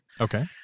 Okay